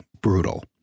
brutal